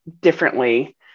differently